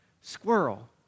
squirrel